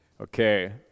Okay